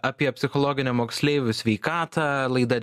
apie psichologinę moksleivių sveikatą laida